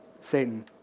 Satan